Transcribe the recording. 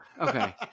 Okay